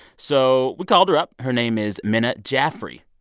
so we called her up. her name is minna jaffery.